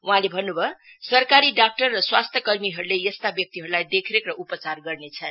वहाँले भन्न् भयो सरकारी डाक्टर र स्वास्थ्य कर्मीहरूले यस्ता व्यक्तिहरूलाई देखरेख र उपचार गर्नेछन्